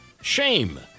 Shame